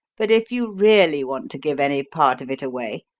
but if you really want to give any part of it away,